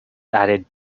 added